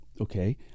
Okay